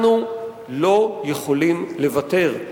אנחנו לא יכולים לוותר,